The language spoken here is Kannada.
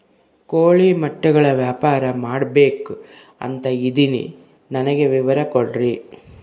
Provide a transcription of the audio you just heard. ಕೋಳಿ ಮೊಟ್ಟೆಗಳ ವ್ಯಾಪಾರ ಮಾಡ್ಬೇಕು ಅಂತ ಇದಿನಿ ನನಗೆ ವಿವರ ಕೊಡ್ರಿ?